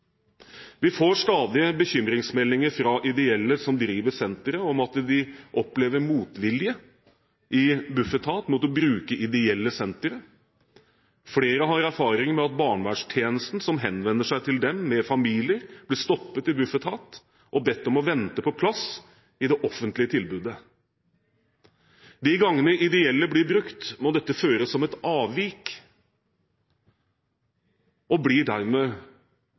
Vi får stadig bekymringsmeldinger fra ideelle som driver sentre, om at de opplever motvilje i Bufetat mot å bruke ideelle sentre. Flere har erfaring med at barnevernstjenester som henvender seg til dem med familier, blir stoppet i Bufetat og bedt om å vente på plass i det offentlige tilbudet. De gangene ideelle blir brukt, må dette føres som et avvik, og de står dermed